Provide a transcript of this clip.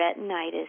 retinitis